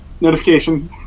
notification